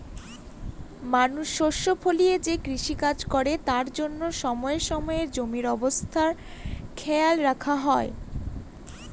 মানুষ শস্য ফলিয়ে যে কৃষিকাজ করে তার জন্য সময়ে সময়ে জমির অবস্থা খেয়াল রাখা হয়